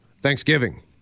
Thanksgiving